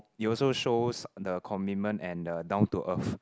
it also shows the commitment and the down to earth